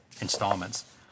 installments